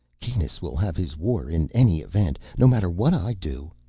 kanus will have his war in any event, no matter what i do.